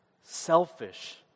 selfish